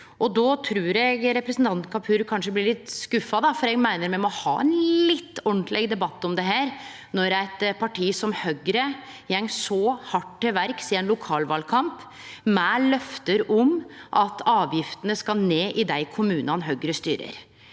Eg trur representanten Kapur kanskje blir litt skuffa, for eg meiner me må ha ein litt ordentleg debatt om dette når eit parti som Høgre går så hardt til verks i ein lokalvalkamp, med løfte om at avgiftene skal ned i dei kommunane Høgre styrer.